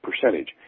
percentage